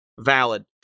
valid